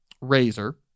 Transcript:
razor